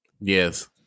Yes